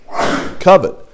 covet